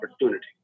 opportunity